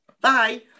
bye